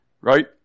Right